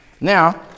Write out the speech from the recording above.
Now